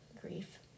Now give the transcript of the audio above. grief